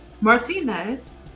Martinez